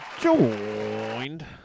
Joined